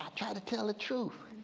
trying to tell the truth.